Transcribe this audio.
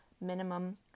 minimum